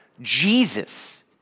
Jesus